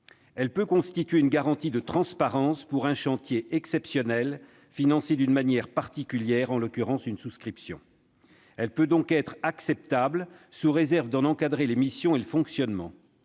Elle peut constituer une garantie de transparence pour un chantier exceptionnel et financé d'une manière particulière, en l'occurrence une souscription. Elle peut donc être acceptable, sous réserve d'en encadrer les missions et le fonctionnement.